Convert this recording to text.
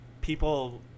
people